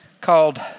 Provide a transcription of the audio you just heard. called